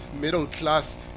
middle-class